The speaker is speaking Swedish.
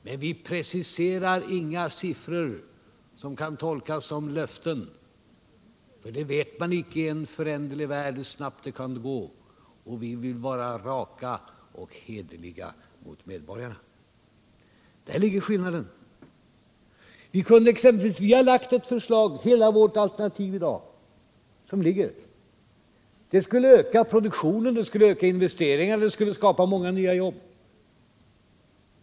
Men vi preciserar inga siffror som kan tolkas som löften. Man vet nämligen inte hur det kan gå i en föränderlig värld och vi vill vara raka och hederliga mot medborgarna. Däri ligger skillnaden. Vårt alternativa budgetförslag innebär att produktionen och investeringarna ökar, vilket skapar många nya jobb.